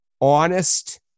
honest